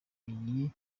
iyi